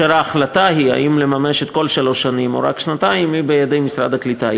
וההחלטה אם לממש את כל שלוש השנים או רק שנתיים היא בידי משרד הקליטה,